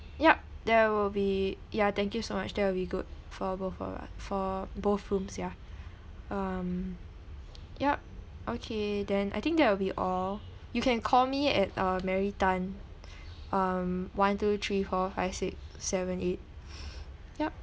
yup that will be ya thank you so much that will be good for both of a for both rooms yeah um yup okay then I think that will be all you can call me at uh mary tan mm one two three four five six seven eight yup